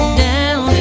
down